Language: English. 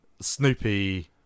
Snoopy